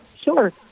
sure